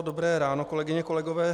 Dobré ráno, kolegyně, kolegové.